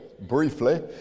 briefly